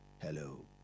Hello